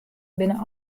binne